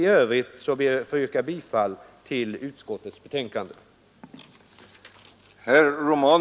I övrigt yrkar jag bifall till utskottets hemställan.